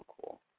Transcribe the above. cool